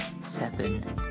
seven